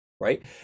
right